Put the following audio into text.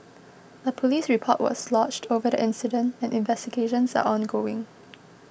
a police report was lodged over the incident and investigations are ongoing